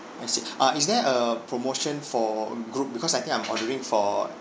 I see uh is there err promotion for group because I think I'm ordering for